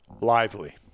Lively